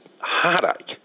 heartache